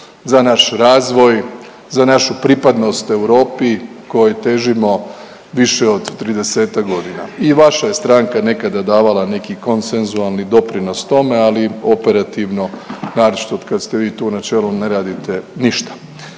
za naš razvoj, za našu pripadnost Europi kojoj težimo više od 30-tak godina. I vaša je stranka nekada davala neki konsensualni doprinos tome, ali operativno, naročito otkad ste vi tu na čelu, ne radite ništa.